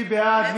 מי בעד?